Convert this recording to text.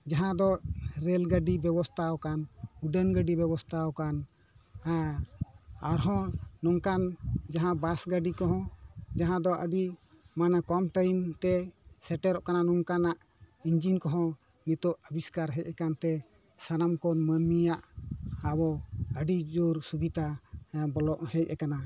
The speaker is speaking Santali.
ᱡᱟᱦᱟᱸ ᱫᱚ ᱨᱮᱹᱞ ᱜᱟᱹᱰᱤ ᱵᱮᱵᱚᱥᱛᱟᱣ ᱠᱟᱱ ᱩᱰᱟᱹᱱ ᱜᱟᱹᱰᱤ ᱵᱮᱵᱚᱥᱛᱟᱣ ᱠᱟᱱ ᱦᱮᱸ ᱟᱨᱦᱚᱸ ᱱᱚᱝᱠᱟᱱ ᱡᱟᱦᱟᱸ ᱵᱟᱥ ᱜᱟᱹᱰᱤ ᱠᱚᱦᱚᱸ ᱡᱟᱦᱟᱸ ᱫᱚ ᱟᱹᱰᱤ ᱢᱟᱱᱮ ᱠᱚᱢ ᱴᱟᱭᱤᱢ ᱛᱮ ᱥᱮᱴᱮᱨᱚᱜ ᱠᱟᱱᱟ ᱱᱚᱝᱠᱟᱱᱟᱜ ᱤᱧᱡᱤᱱ ᱠᱚᱦᱚᱸ ᱱᱤᱛᱳᱜ ᱟᱵᱤᱥᱠᱟᱨ ᱦᱮᱡ ᱟᱠᱟᱱ ᱛᱮ ᱥᱟᱱᱟᱢ ᱠᱷᱚᱱ ᱢᱟᱱᱢᱤᱭᱟᱜ ᱟᱵᱚ ᱟᱹᱰᱤ ᱡᱳᱨ ᱥᱩᱵᱤᱛᱟ ᱦᱮᱸ ᱵᱚᱞᱚ ᱦᱮᱡ ᱠᱟᱱᱟ